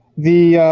the